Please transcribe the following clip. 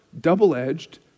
double-edged